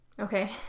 Okay